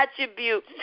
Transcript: attribute